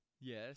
Yes